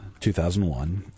2001